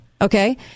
okay